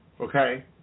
okay